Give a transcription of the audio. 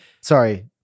Sorry